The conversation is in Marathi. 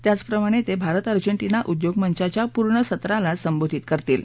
त्याचप्रमाणे ते भारत अजेंटिना उद्योग मंचाच्या पूर्ण सत्राला संबोधित करतील